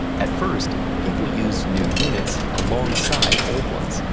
at first, people used new units alongside old ones,